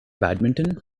badminton